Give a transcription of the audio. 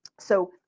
so